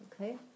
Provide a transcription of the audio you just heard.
Okay